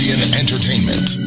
Entertainment